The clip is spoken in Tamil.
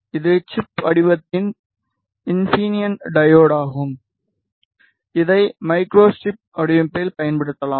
இது சிப் வடிவத்தின் இன்ஃபினியன் டையோடு ஆகும் இதை மைக்ரோஸ்ட்ரிப் வடிவமைப்பில் பயன்படுத்தப்படலாம்